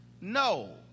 no